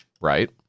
right